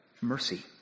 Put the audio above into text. mercy